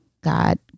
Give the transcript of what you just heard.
God